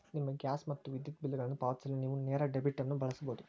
ನಿಮ್ಮ ಗ್ಯಾಸ್ ಮತ್ತು ವಿದ್ಯುತ್ ಬಿಲ್ಗಳನ್ನು ಪಾವತಿಸಲು ನೇವು ನೇರ ಡೆಬಿಟ್ ಅನ್ನು ಬಳಸಬಹುದು